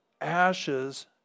ashes